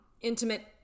intimate